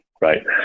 right